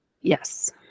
yes